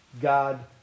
God